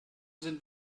sind